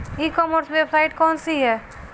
ई commerce website कौन सी है?